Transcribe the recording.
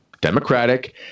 Democratic